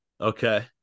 Okay